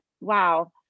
wow